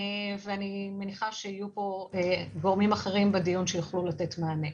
אני מניחה שיהיו פה גורמים אחרים בדיון שיוכלו לתת מענה.